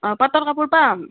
অঁ পাটৰ কাপোৰ পাম